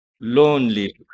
lonely